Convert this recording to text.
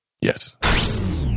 Yes